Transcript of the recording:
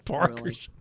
Parker's